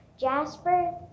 Jasper